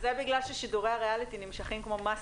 זה בגלל ששידורי הריאליטי נמשכים כמו מסטיק.